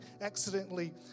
accidentally